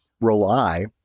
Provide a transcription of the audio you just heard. rely